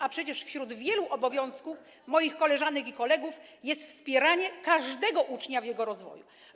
A przecież wśród wielu obowiązków moich koleżanek i kolegów jest wspieranie każdego ucznia w jego rozwoju.